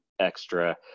extra